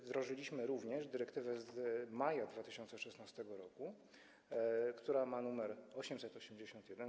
Wdrożyliśmy również dyrektywę z maja 2016 r., która ma nr 881.